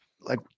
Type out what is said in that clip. Like-